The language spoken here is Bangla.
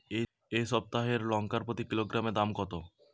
এই সপ্তাহের লঙ্কার প্রতি কিলোগ্রামে দাম কত?